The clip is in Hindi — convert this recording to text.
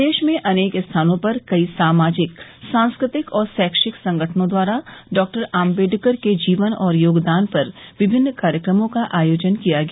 प्रदेश में अनेक स्थानों पर कई सामाजिक सांस्कृतिक और शैक्षिक संगठनों द्वारा डॉक्टर आम्बेडकर के जीवन और योगदान पर विभिन्न कार्यक्रमों का आयोजन किया गया